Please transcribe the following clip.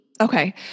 Okay